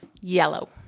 Yellow